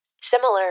similar